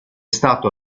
stato